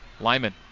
Lyman